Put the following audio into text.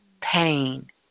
pain